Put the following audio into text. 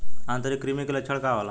आंतरिक कृमि के लक्षण का होला?